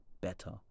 better